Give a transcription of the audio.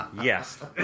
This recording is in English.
Yes